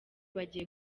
bagiye